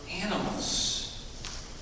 animals